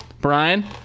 Brian